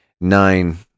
nine